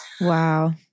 Wow